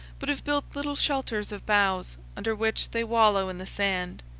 but have built little shelters of boughs, under which' they wallow in the sand.